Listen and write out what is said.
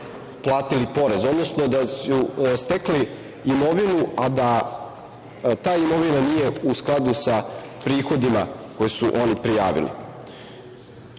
platili porez, odnosno da su stekli imovinu, a da ta imovina nije u skladu sa prihodima koji su oni prijavili. Važno